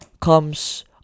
comes